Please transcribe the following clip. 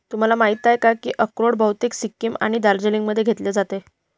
तुम्हाला माहिती आहेच की अक्रोड बहुतेक सिक्कीम आणि दार्जिलिंगमध्ये घेतले जाते